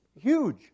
huge